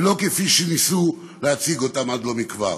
ולא כפי שניסו להציג אותם עד לא מכבר.